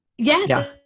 Yes